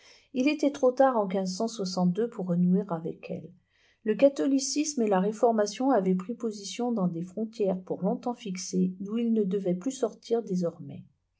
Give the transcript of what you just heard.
il était trop tard en g pour renouer avec elle le catholicisme et la réformation avaient pris position dans des frontières pour longtemps fixées d'où ils ne devaient plus sortir désormais